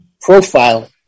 profile